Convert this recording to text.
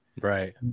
Right